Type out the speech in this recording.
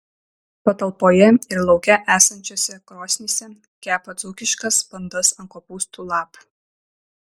patalpoje ir lauke esančiose krosnyse kepa dzūkiškas bandas ant kopūstų lapų